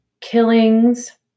killings